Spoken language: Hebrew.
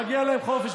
מגיע להם חופש.